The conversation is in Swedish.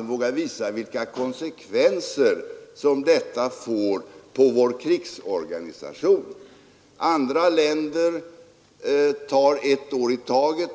vågar visa vilka konsekvenser som detta får på krigsorganisationen. Andra länder tar ett år i taget.